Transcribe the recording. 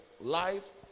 life